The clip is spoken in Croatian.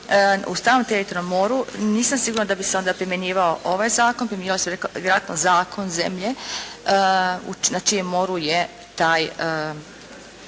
u stranom teritorijalnom moru, nisam sigurna da bi se onda primjenjivao ovaj zakon, primjenjivao bi se vjerojatno zakon zemlje na čijem moru je to